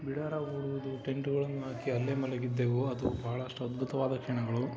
ಬಿಡಾರ ಹೂಡುವುದು ಟೆಂಟುಗಳನ್ನು ಹಾಕಿ ಅಲ್ಲೇ ಮಲಗಿದ್ದೆವು ಅದು ಭಾಳಷ್ಟು ಅದ್ಬುತವಾದ ಕ್ಷಣಗಳು